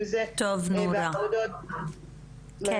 אם זה בעבודות- -- את